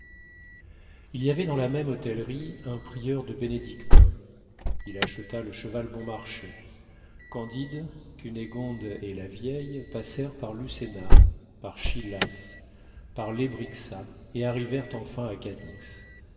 il y avait dans la même hôtellerie un prieur de bénédictins il acheta le cheval bon marché candide cunégonde et la vieille passèrent par lucena par chillas par lebrixa et arrivèrent enfin à